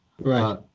Right